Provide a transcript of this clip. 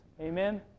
amen